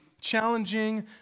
challenging